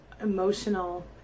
emotional